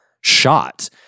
shot